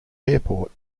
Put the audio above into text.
airport